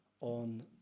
on